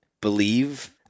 believe